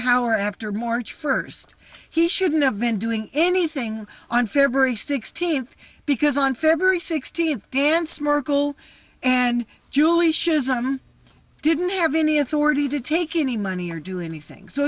power after more first he shouldn't have been doing anything on february sixteenth because on february sixteenth dance merkel and julie schizm didn't have any authority to take any money or do anything so